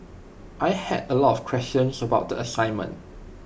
I had A lot of questions about the assignment